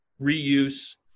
reuse